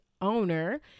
Owner